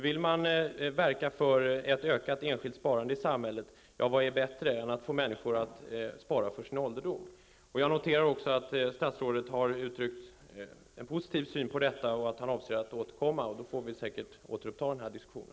Vill man verka för ett ökat enskilt sparande i samhället, är väl det bästa att få människor att spara för sin egen ålderdom. Jag noterar att statsrådet har uttryckt en positiv syn och att han avser att återkomma. Då kan vi säkert återuppta denna diskussion.